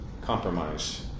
compromise